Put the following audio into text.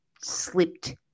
slipped